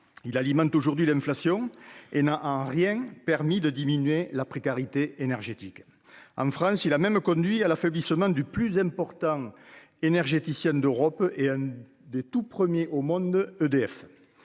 Il alimente l'inflation et n'a en rien permis de lutter contre la précarité énergétique. En France, il a même conduit à l'affaiblissement d'EDF, le plus important énergéticien d'Europe et l'un des premiers au monde.